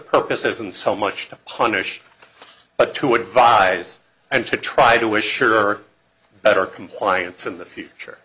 purpose isn't so much to punish but to advise and to try to assure better compliance in the future